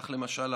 למשל,